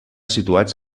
situats